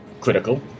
critical